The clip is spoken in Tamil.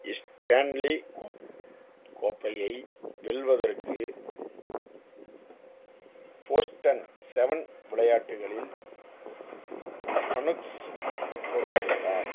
ஸ்டேன்லி கோப் கோப்பையை வெல்வதற்கு போஸ்டன் செவன் விளையாட்டுகளில் கனுக்ஸ் தோற்கடித்தார்